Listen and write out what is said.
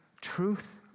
truth